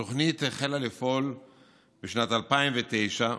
התוכנית החלה לפעול בשנת 2009,